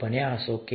ભૂલ કાર્ય શું છે